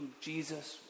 Jesus